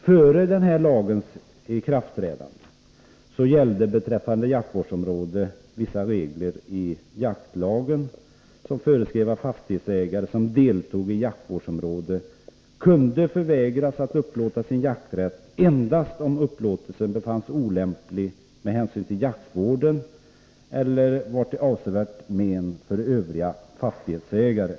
Före den här lagens ikraftträdande gällde beträffande jaktvårdsområde vissa regler i jaktlagen, som föreskrev att fastighetsägare som deltog i jaktvårdsområde kunde förvägras att upplåta sin jakträtt endast om upplåtelsen befanns olämplig med hänsyn till jaktvården eller var till avsevärt men för övriga fastighetsägare.